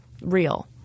real